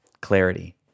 Clarity